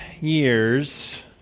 years